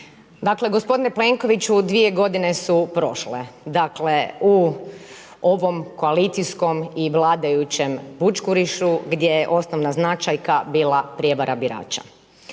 Dakle gospodine Plenkoviću dvije godine su prošle. Dakle u ovom koalicijskom i vladajućem bućkurišu gdje je osnovna značajka bila prevara birača.